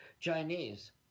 Chinese